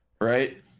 right